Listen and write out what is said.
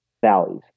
valleys